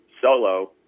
solo